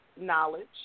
knowledge